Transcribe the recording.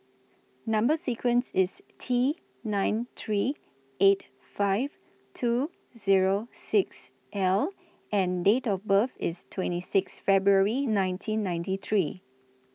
Number sequence IS T nine three eight five two Zero six L and Date of birth IS twenty six February nineteen ninety three